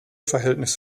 verhältnis